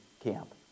camp